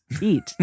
eat